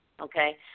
okay